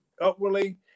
upwardly